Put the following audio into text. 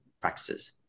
practices